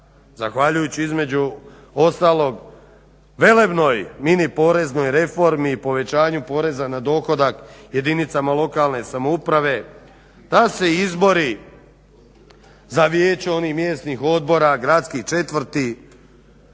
zahvaljujući između ostalog velebnoj mini poreznoj reformi i povećanju poreza na dohodak jedinicama lokalne samouprave, da se izbori za vijeće onih mjesnih odbora, gradskih četvrti